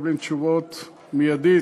מקבלים תשובות מייד.